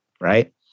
right